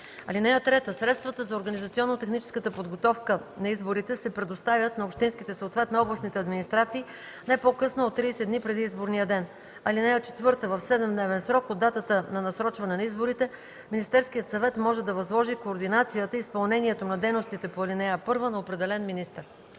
ден. (3) Средствата за организационно-техническата подготовка на изборите се предоставят на общинските, съответно областните администрации не по-късно от 30 дни преди изборния ден. (4) В 7-дневен срок от датата на насрочване на изборите Министерският съвет може да възложи координацията и изпълнението на дейностите по ал. 1 на определен министър.”